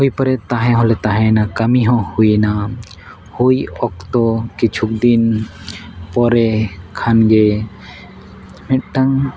ᱦᱩᱭ ᱯᱚᱨᱮ ᱛᱟᱦᱮᱸ ᱦᱚᱞᱮᱸ ᱛᱟᱦᱮᱸᱭᱮᱱᱟ ᱠᱟᱹᱢᱤ ᱦᱚᱸ ᱦᱩᱭᱮᱱᱟ ᱦᱩᱭ ᱚᱠᱛᱚ ᱠᱤᱪᱷᱩ ᱫᱤᱱ ᱯᱚᱨᱮ ᱠᱷᱟᱱᱜᱮ ᱢᱤᱫᱴᱟᱱ